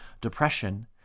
depression